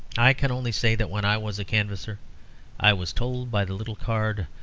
i can only say that when i was a canvasser i was told by the little card,